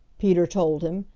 peter told him,